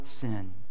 sin